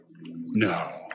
No